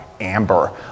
Amber